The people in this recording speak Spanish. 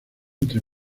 entre